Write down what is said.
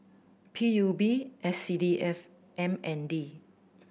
P U B S C D F M N D